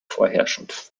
vorherrschend